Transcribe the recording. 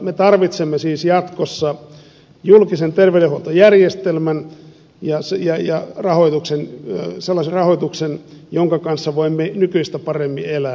me tarvitsemme siis jatkossa julkisen terveydenhuoltojärjestelmän ja sellaisen rahoituksen jonka kanssa voimme nykyistä paremmin elää